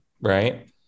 right